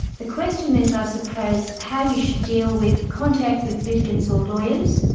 the question is i suppose how you should deal with contact with litigants or lawyers,